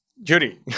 Judy